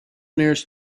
nearest